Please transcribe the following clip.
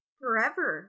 forever